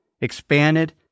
expanded